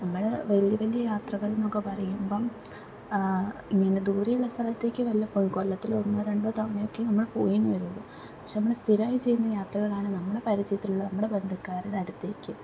നമ്മള് വലിയ വലിയ യാത്രകൾ എന്നൊക്കെ പറയുമ്പം ഇങ്ങനെ ദൂരെയുള്ള സ്ഥലത്തേക്ക് വല്ലപ്പഴും കൊല്ലത്തിൽ ഒന്നോ രണ്ടോ തവണയൊക്കെ നമ്മള് പോയി എന്ന് വരുവൊള്ളു പക്ഷെ നമ്മൾ സ്ഥിരമായി ചെയ്യുന്ന യാത്രകളാണ് നമ്മുടെ പരിചയത്തിലുള്ള നമ്മുടെ ബന്ധുക്കാരുടെ അടുത്തേക്ക്